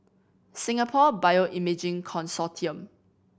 Singapore Bioimaging Consortium